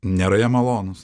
nėra jie malonūs